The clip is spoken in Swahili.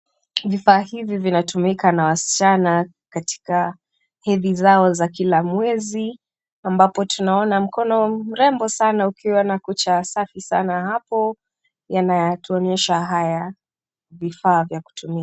Vifaa hivi vinatumika na wasichana katika hedhi zao za kila mwezi ambapo tunaona mkono mrembo sana ukiwa na kucha safi sana hapo yanatuonyesha haya vifaa vya kutumia.